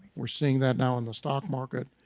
we're seeing that now in the stock market,